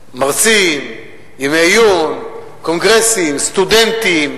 מרצים, ימי עיון, קונגרסים, סטודנטים,